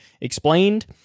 explained